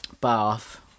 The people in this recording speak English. Bath